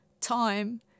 time